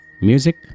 Music